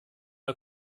der